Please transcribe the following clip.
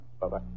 Bye-bye